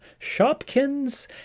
shopkins